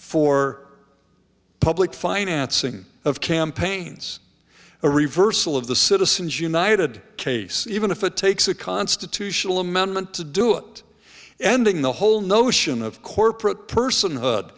for public financing of campaigns a reversal of the citizens united case even if it takes a constitutional amendment to do it ending the whole notion of corporate person